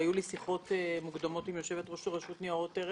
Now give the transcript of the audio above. כמי שהיו לה שיחות מוקדמות עם יושבת-ראש הרשות לניירות ערך